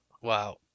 Wow